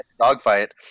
Dogfight